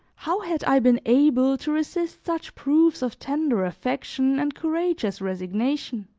how had i been able to resist such proofs of tender affection and courageous resignation?